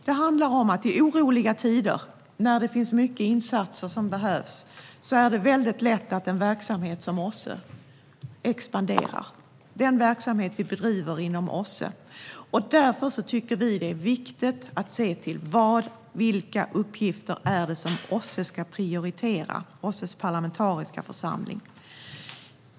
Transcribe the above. Det handlar om att det i oroliga tider, när många insatser behövs, är väldigt lätt att den verksamhet vi bedriver inom OSSE:s expanderar. Därför tycker vi att det är viktigt att se till vilka uppgifter som OSSE:s parlamentariska församling ska prioritera.